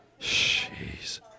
Jeez